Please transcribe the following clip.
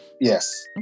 yes